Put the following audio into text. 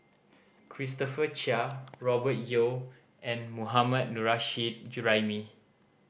Christopher Chia Robert Yeo and Mohammad Nurrasyid Juraimi